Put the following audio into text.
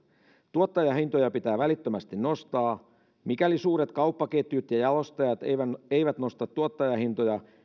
tuottajahintoja pitää välittömästi nostaa mikäli suuret kauppaketjut ja jalostajat eivät eivät nosta tuottajahintoja